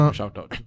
shout-out